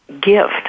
gift